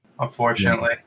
Unfortunately